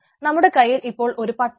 നമ്മുടെ കൈയിൽ ഇപ്പോൾ ഈ പട്ടിക ഉണ്ട്